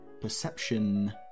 perception